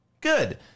Good